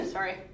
Sorry